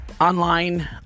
online